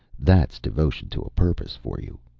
that's devotion to a purpose for you.